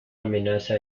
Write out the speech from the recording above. amenaza